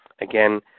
Again